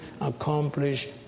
accomplish